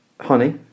honey